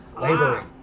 Laboring